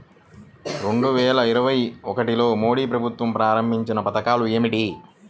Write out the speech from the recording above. రెండు వేల ఇరవై ఒకటిలో మోడీ ప్రభుత్వం ప్రారంభించిన పథకాలు ఏమిటీ?